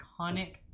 iconic